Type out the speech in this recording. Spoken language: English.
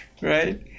Right